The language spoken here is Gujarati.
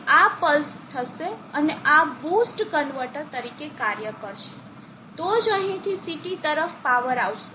તેથી આ પલ્સ થશે અને આ બૂસ્ટ કન્વર્ટર તરીકે કાર્ય કરશે તો જ અહીં થી CT તરફ પાવર આવશે